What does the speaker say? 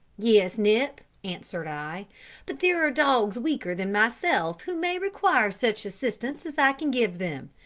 yes, nip, answered i but there are dogs weaker than myself who may require such assistance as i can give them,